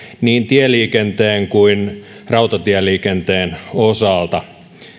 niin tieliikenteen kuin rautatieliikenteenkin osalta